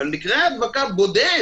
שעל מקרה הדבקה בודד